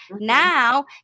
Now